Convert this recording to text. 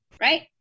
right